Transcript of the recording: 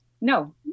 No